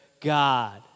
God